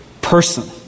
person